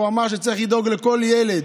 והוא אמר שצריך לדאוג לכל ילד.